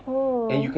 oh